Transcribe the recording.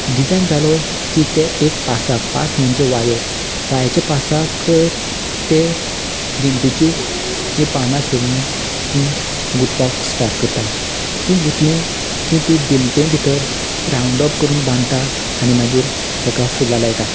design जालो की ते एक पासाक पास म्हणजे वायो वायेच्या पासाकच ते दिमटेची पानां आशिल्लीं तीं गुंतपाक स्टार्ट करता तीं गुंतलीं की तीं दिमटे भितर रावंड अप करून बांदता आनी मागीर ताका फुलां लायता